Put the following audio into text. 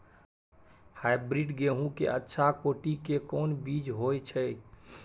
Hybrid गेहूं के अच्छा कोटि के कोन बीज होय छै?